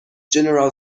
general